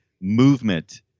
movement